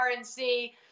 RNC